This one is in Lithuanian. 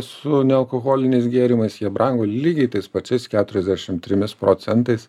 su nealkoholiniais gėrimais jie brango lygiai tais pačiais keturiasdešim trimis procentais